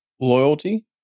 loyalty